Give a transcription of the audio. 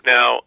Now